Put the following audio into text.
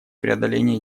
преодоления